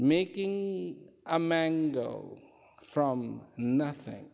making a mango from nothing